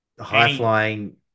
high-flying